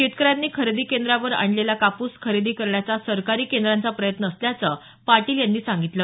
शेतकऱ्यांनी खरेदी केंद्रावर आणलेला कापूस खरेदी करण्याचा सरकारी केंद्रांचा प्रयत्न असल्याचं पाटील यांनी सांगितलं